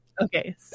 okay